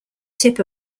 tip